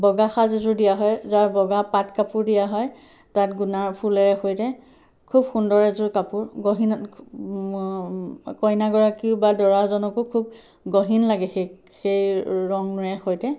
বগা সাজ এযোৰ দিয়া হয় যাৰ বগা পাটকাপোৰ দিয়া হয় তাত গুণাৰ ফুলেৰে সৈতে খুব সুন্দৰ এযোৰ কাপোৰ গহীন কইনাগৰাকী বা দৰাজনকো খুব গহীন লাগে সেই সেই ৰঙেৰে সৈতে